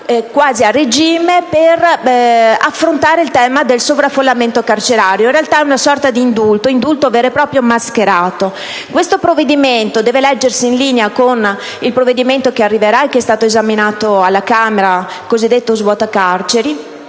quasi a regime, per affrontare il tema del sovraffollamento carcerario: in realtà, è una sorta di indulto vero e proprio, seppur mascherato. Questo provvedimento deve leggersi in linea con il successivo che arriverà, e che è stato esaminato alla Camera, il cosiddetto svuota-carceri.